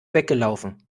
weggelaufen